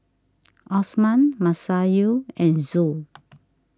Osman Masayu and Zul